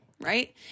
right